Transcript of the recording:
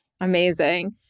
Amazing